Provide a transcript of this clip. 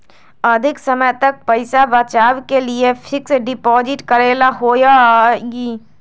अधिक समय तक पईसा बचाव के लिए फिक्स डिपॉजिट करेला होयई?